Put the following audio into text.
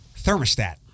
thermostat